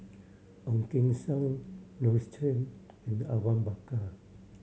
Ong Keng Sen Rose Chan and Awang Bakar